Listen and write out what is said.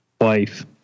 wife